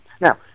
Now